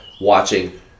watching